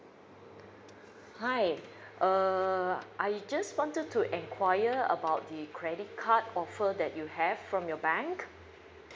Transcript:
hi err I just wanted to enquire about the credit card offer that you have from your bank